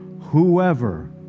Whoever